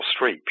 Streep